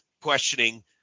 questioning